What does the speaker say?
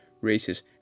races